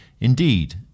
Indeed